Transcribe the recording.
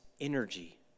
energy